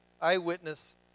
eyewitness